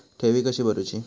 ठेवी कशी भरूची?